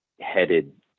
headed